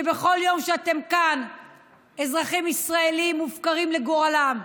ובכל יום שאתם כאן אזרחים ישראלים מופקרים לגורלם.